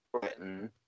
Britain